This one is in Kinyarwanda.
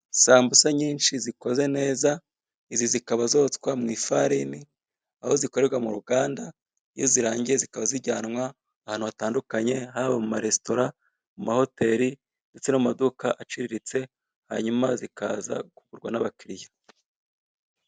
Isambusa nyinshi zikoze neza, izi zikaba zitswa mu ifarini, aho zikorerwa mu ruganda, iyo zirangiye zikaba zijyanwa ahantu hatadukanya; haba mu maresitora, mu mahoteli, ndetse no mu maduka aciriritse, nyanyuma zikaza kugura n'abakiriya.